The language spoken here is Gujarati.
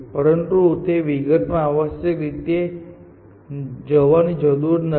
પરંતુ આપણે તે વિગતોમાં આવશ્યક રીતે જવાની જરૂર નથી